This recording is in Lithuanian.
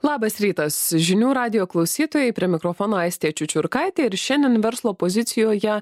labas rytas žinių radijo klausytojai prie mikrofono aistė čiučiurkaitė ir šiandien verslo pozicijoje